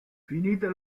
finita